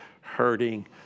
hurting